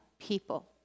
people